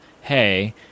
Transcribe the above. hey